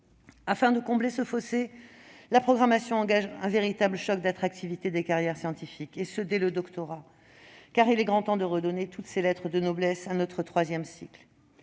Afin de combler ce fossé, la programmation engage un véritable choc d'attractivité des carrières scientifiques, et ce dès le doctorat, car il est grand temps de redonner toutes ses lettres de noblesse à notre troisième cycle.